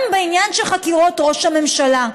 גם בעניין של חקירות ראש הממשלה,